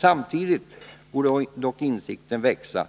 Samtidigt borde dock insikten växa